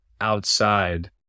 outside